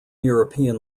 european